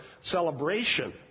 celebration